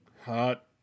Hot